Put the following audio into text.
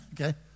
okay